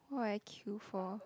why I queue for